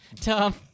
Tom